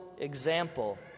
example